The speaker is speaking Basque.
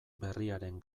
berriaren